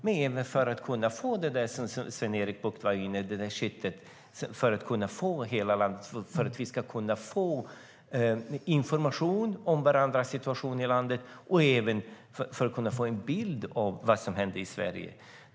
Vi behöver ha det kitt som Sven-Erik Bucht var inne på för att vi ska kunna få information om varandras situation och en bild av vad som händer i hela Sverige.